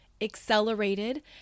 accelerated